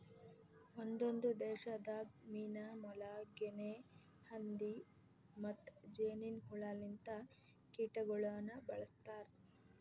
ಒಂದೊಂದು ದೇಶದಾಗ್ ಮೀನಾ, ಮೊಲ, ಗಿನೆ ಹಂದಿ ಮತ್ತ್ ಜೇನಿನ್ ಹುಳ ಲಿಂತ ಕೀಟಗೊಳನು ಬಳ್ಸತಾರ್